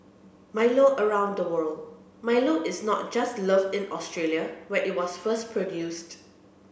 Milo around the world Milo is not just loved in Australia where it was first produced